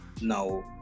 Now